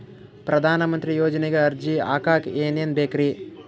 ಪ್ರಧಾನಮಂತ್ರಿ ಯೋಜನೆಗೆ ಅರ್ಜಿ ಹಾಕಕ್ ಏನೇನ್ ಬೇಕ್ರಿ?